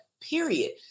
period